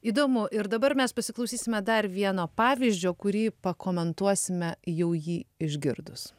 įdomu ir dabar mes pasiklausysime dar vieno pavyzdžio kurį pakomentuosime jau jį išgirdus